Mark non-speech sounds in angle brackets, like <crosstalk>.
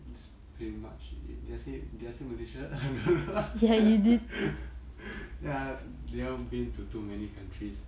that's pretty much it did I say did I say malaysia <laughs> ya never been to too many countries